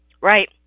Right